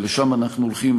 ולשם אנחנו הולכים,